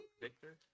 Victor